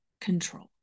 control